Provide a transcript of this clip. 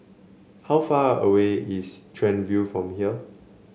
how far away is Chuan View from here